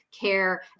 care